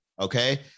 okay